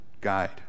Guide